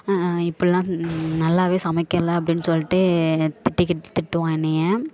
இப்போலாம் நல்லாவே சமைக்கலை அப்படின்னு சொல்லிட்டு திட்டிக்கிட்டு திட்டுவான் என்னையை